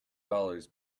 dollars